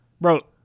bro